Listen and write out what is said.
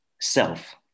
self